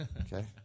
Okay